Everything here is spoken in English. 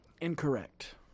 Incorrect